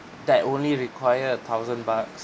that only require a thousand bucks